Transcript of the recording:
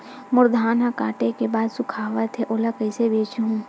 मोर धान ह काटे के बाद सुखावत हे ओला कइसे बेचहु?